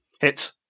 Hit